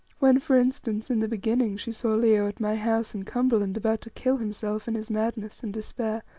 when, for instance, in the beginning she saw leo at my house in cumberland about to kill himself in his madness and despair,